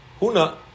Huna